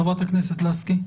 חברת הכנסת לסקי.